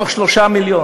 מתוך 3 מיליון.